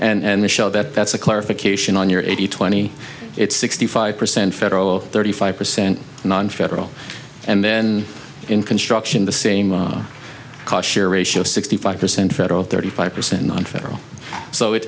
ratio and the show that that's a clarification on your eighty twenty it's sixty five percent federal thirty five percent nonfederal and then in construction the same ratio sixty five percent federal thirty five percent on federal so it's